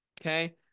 Okay